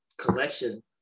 collection